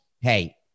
hey